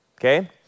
okay